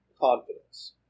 confidence